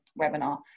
webinar